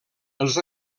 els